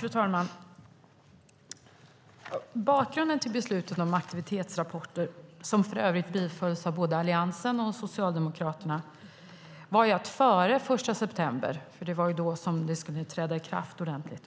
Fru talman! Bakgrunden till beslutet om aktivitetsrapporter, som både Alliansen och Socialdemokraterna stod bakom, var att före den 1 september då detta skulle träda i kraft ordentligt